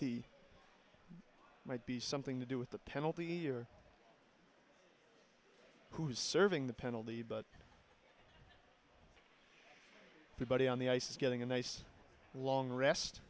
the might be something to do with the penalty or who's serving the penalty but the body on the ice is getting a nice long rest